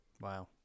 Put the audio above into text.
wow